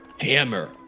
hammer